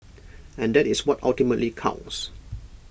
and that is what ultimately counts